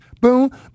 boom